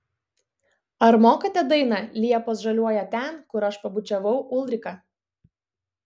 ar mokate dainą liepos žaliuoja ten kur aš pabučiavau ulriką